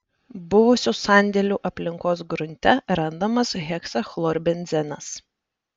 buvusių sandėlių aplinkos grunte randamas heksachlorbenzenas